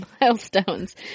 milestones